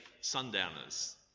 sundowners